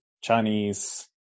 Chinese